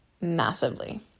Massively